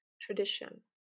tradition